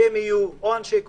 יש אנשי ביטחון,